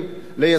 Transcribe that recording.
ליזמים,